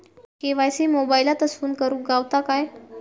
KYC मोबाईलातसून करुक गावता काय?